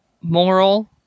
moral